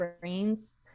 brains